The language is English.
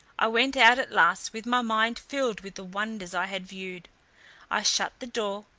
i went out at last with my mind filled with the wonders i had viewed i shut the door,